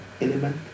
element